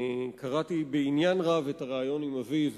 קראתי בעניין רב את הריאיון עם אביו,